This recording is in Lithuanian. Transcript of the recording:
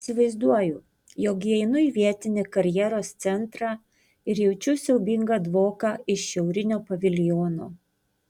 įsivaizduoju jog įeinu į vietinį karjeros centrą ir jaučiu siaubingą dvoką iš šiaurinio paviljono